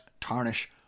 tarnish